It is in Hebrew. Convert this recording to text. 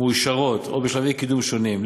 מאושרות או בשלבי קידום שונים: